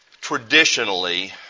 traditionally